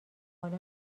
حالا